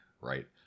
right